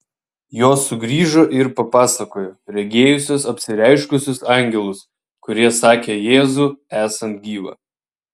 jos sugrįžo ir papasakojo regėjusios apsireiškusius angelus kurie sakę jėzų esant gyvą